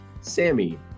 Sammy